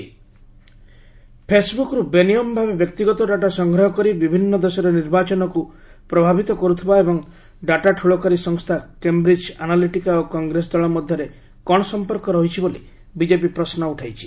Ravishankar Facebook ଫେସ୍ବର୍କ୍ର ବିନିୟମ ଭାବେ ବ୍ୟକ୍ତିଗତ ଡାଟା ସଂଗ୍ରହ କରି ବିଭିନ୍ନ ଦେଶରେ ନିର୍ବାଚନକ୍ ପ୍ରଭାବିତ କର୍ତ୍ଥବା ଏବଂ ଡାଟା ଠ୍ରଳକାରୀ ସଂସ୍କା କେମ୍ବ୍ରିକ୍ ଆନାଲିଟିକା ଓ କଂଗ୍ରେସ୍ ଦଳ ମଧ୍ୟରେ କ'ଣ ସମ୍ପର୍କ ରହିଛି ବୋଲି ବିଜେପି ପ୍ରଶ୍ନ ଉଠାଇଛନ୍ତି